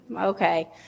okay